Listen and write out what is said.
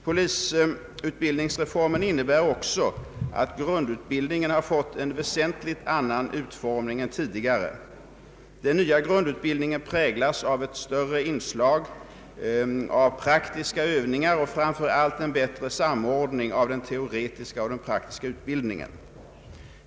Polisutbildningsreformen innebär också att grundutbildningen har fått en väsentligt annan utformning än tidigare. Den nya grundutbildningen präglas av ett större inslag av praktiska Övningar och framför allt en bättre samordning av den teoretiska och den praktiska utbildningen.